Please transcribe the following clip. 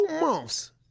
months